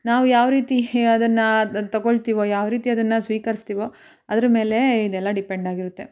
ನಾವು ಯಾವ ರೀತಿ ಹೆ ಅದನ್ನು ತಗೊಳ್ತೀವೋ ಯಾವ ರೀತಿ ಅದನ್ನು ಸ್ವೀಕರಿಸ್ತೀವೊ ಅದ್ರ ಮೇಲೆ ಇದೆಲ್ಲ ಡಿಪೆಂಡ್ ಆಗಿರುತ್ತೆ